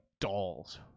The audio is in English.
dolls